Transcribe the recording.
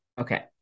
okay